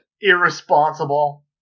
Irresponsible